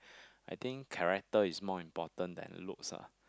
I think character is more important than looks lah